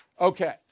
Okay